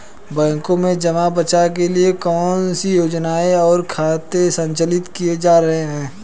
बैंकों में जमा बचत के लिए कौन कौन सी योजनाएं और खाते संचालित किए जा रहे हैं?